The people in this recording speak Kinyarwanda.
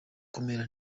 kumera